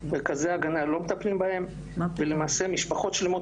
בכזה הגנה לא מטפלים בהם ולמשעה משפחות שלימות